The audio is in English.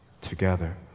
together